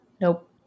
Nope